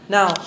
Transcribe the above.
Now